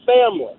family